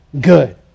good